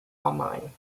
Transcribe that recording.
online